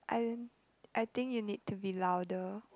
I I think you need to be louder